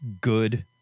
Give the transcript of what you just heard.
good